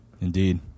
Indeed